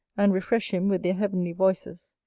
and refresh him with their heavenly voices.